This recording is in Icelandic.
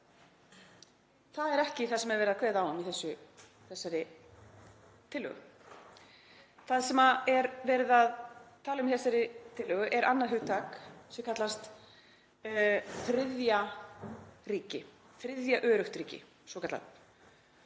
Það er ekki það sem er verið að kveða á um í þessari tillögu. Það sem er verið að tala um í þessari tillögu er annað hugtak sem kallast þriðja ríki, svokallað þriðja öruggt ríki, „third safe